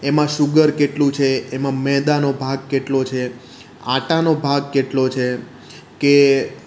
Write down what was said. એમાં શુગર કેટલું છે એમાં મેંદાનો ભાગ કેટલો છે આટાનો ભાગ કેટલો છે કે